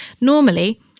normally